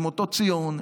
עם אותה ציון,